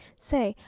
say,